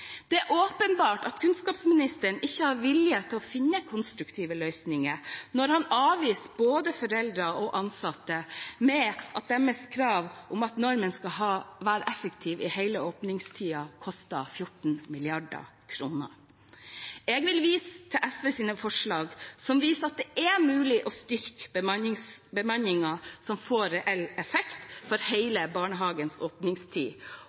Det er åpenbart at kunnskapsministeren ikke har vilje til å finne konstruktive løsninger når han avviser både foreldre og ansatte med at deres krav om at normen skal være effektiv i hele åpningstiden, koster 14 mrd. kr. Jeg vil vise til SVs forslag, som viser at det er mulig å styrke bemanningen slik at det får reell effekt for hele barnehagens åpningstid,